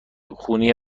خونی